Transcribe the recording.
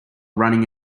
running